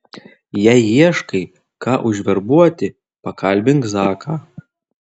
jei ieškai ką užverbuoti pakalbink zaką